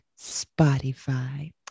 Spotify